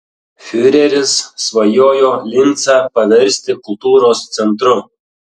fiureris svajojo lincą paversti kultūros centru